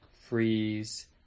freeze